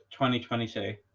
2022